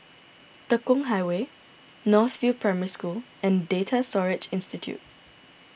Tekong Highway North View Primary School and Data Storage Institute